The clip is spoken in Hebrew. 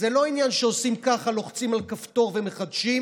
זה לא עניין שעושים ככה, לוחצים על כפתור ומחדשים,